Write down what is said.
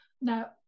now